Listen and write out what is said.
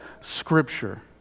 Scripture